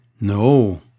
No